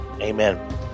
Amen